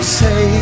say